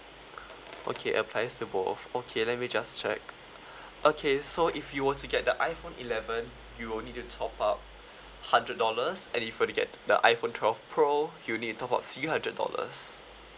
okay applies to both okay let me just check okay so if you were to get the iphone eleven you'll need to top up hundred dollars and if you will to get the iphone twelve pro you need to top up three hundred dollars